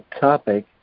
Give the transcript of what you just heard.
topic